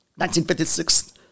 1956